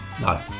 no